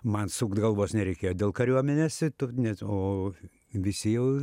man sukt galvos nereikėjo dėl kariuomenės tu net o visi jau